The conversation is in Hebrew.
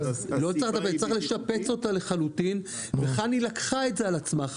צריך לשפץ אותה לחלוטין וחנ"י לקחה את זה על עצמה.